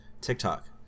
tiktok